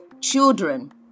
children